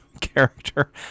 character